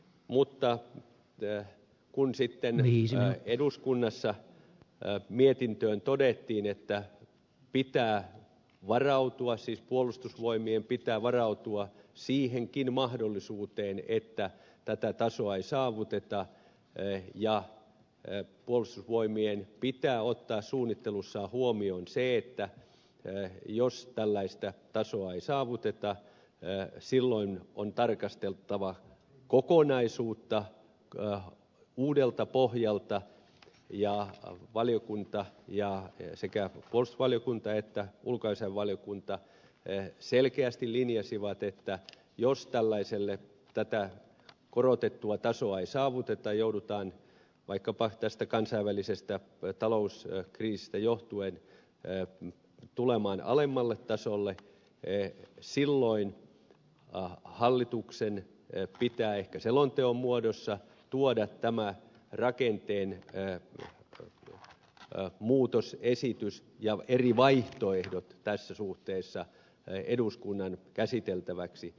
mutta kun sitten eduskunnassa mietintöön liittyen todettiin että puolustusvoimien pitää varautua siihenkin mahdollisuuteen että tätä tasoa ei saavuteta ja puolustusvoimien pitää ottaa suunnittelussaan huomioon se että jos tällaista tasoa ei saavuteta silloin on tarkasteltava kokonaisuutta uudelta pohjalta ja sekä puolustusvaliokunta että ulkoasiainvaliokunta selkeästi linjasivat että jos tätä korotettua tasoa ei saavuteta joudutaan vaikkapa tästä kansainvälisestä talouskriisistä johtuen tulemaan alemmalle tasolle silloin hallituksen pitää ehkä selonteon muodossa tuoda tämä rakenteen muutosesitys ja eri vaihtoehdot tässä suhteessa eduskunnan käsiteltäväksi